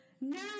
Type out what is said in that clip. now